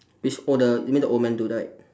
this oh the you need the old man dude right